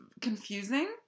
confusing